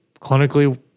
clinically